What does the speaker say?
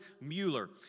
Mueller